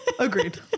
Agreed